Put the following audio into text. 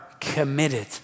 committed